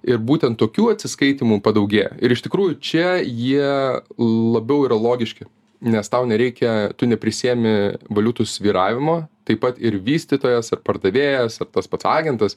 ir būtent tokių atsiskaitymų padaugėjo ir iš tikrųjų čia jie labiau yra logiški nes tau nereikia tu neprisiėmi valiutų svyravimo taip pat ir vystytojas ar pardavėjas ar tas pats agentas